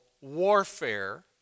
warfare